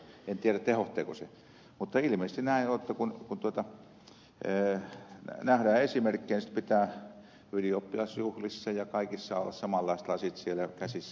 en tiedä tehoaako se mutta ilmeisesti näin on että kun nähdään esimerkkejä niin sitten pitää ylioppilasjuhlissa ja kaikissa olla samanlaiset lasit siellä käsissä